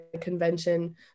convention